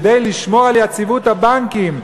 כדי לשמור על יציבות הבנקים,